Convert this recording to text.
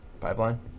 pipeline